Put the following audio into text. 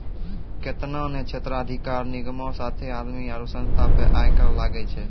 केतना ने क्षेत्राधिकार निगमो साथे आदमी आरु संस्था पे आय कर लागै छै